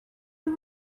you